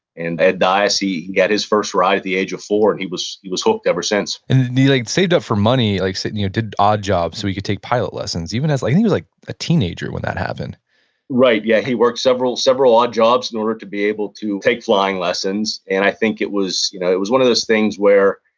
and ed dyess, he got his first ride at the age of four, and he was he was hooked ever since and and he like saved up for money, like you know did odd jobs so he could take pilot lessons, even as, i think he was like a teenager when that happened right, yeah, he worked several several odd jobs in order to be able to take flying lessons, and i think it was you know it was one of those things where,